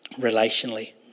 relationally